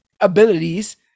abilities